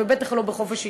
ובטח לא בחופש עיתונות.